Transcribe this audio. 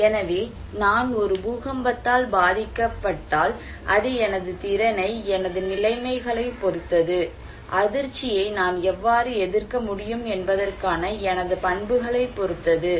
எனவே நான் ஒரு பூகம்பத்தால் பாதிக்கப்பட்டால் அது எனது திறனை எனது நிலைமைகளைப் பொறுத்தது அதிர்ச்சியை நான் எவ்வாறு எதிர்க்க முடியும் என்பதற்கான எனது பண்புகளைப் பொறுத்தது